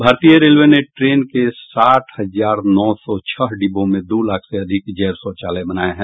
भारतीय रेलवे ने ट्रेन के साठ हजार नौ सौ छह डिब्बों में दो लाख से अधिक जैव शौचालय बनाये हैं